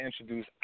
introduce